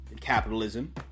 capitalism